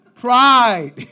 Pride